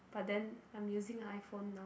but then I'm using iPhone now